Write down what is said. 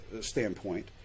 standpoint